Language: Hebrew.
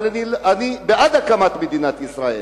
אבל אני בעד הקמת מדינת ישראל.